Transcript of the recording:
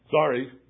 sorry